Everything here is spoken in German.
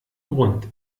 grund